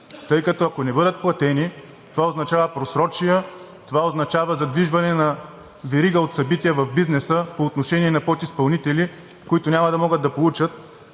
тъй като, ако не бъдат платени, това означава просрочия, това означава задвижване на верига от събития в бизнеса по отношение на подизпълнители, които няма да могат да получат